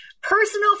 personal